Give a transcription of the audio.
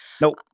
Nope